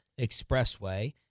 Expressway